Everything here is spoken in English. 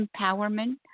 empowerment